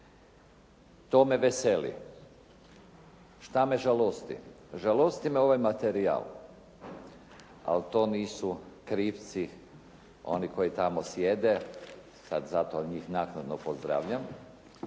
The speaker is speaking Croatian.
To me veseli. Što me žalosti? Žalosti me ovaj materijal, ali to nisu krivci oni koji tamo sjede, sad zato njih naknadno pozdravljam,